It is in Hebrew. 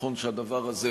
נכון שהדבר הזה,